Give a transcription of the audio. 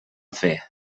fer